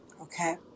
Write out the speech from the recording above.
Okay